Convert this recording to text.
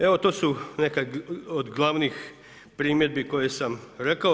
Evo to su neka od glavnih primjedbi koje sam rekao.